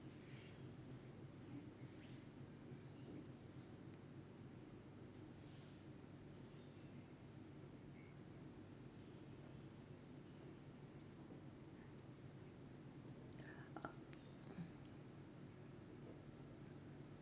uh mm